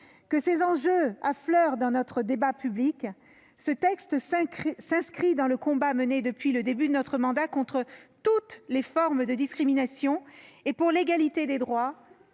que ces enjeux affleurent dans notre débat public, ce texte s'inscrit dans le combat mené depuis le début de notre mandat contre toutes les formes de discriminations et pour l'égalité des droits